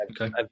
Okay